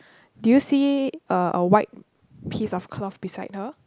do you see uh a white piece of cloth beside her